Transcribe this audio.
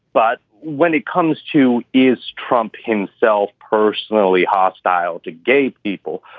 but when it comes to is trump himself personally hostile to gay people,